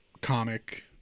comic